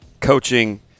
coaching